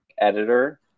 editor